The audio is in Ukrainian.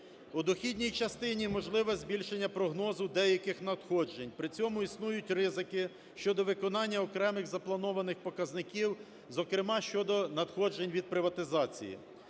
У дохідній частині можливе збільшення прогнозу деяких надходжень. При цьому існують ризики щодо виконання окремих запланованих показників, зокрема щодо надходжень від приватизації.